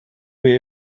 way